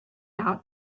out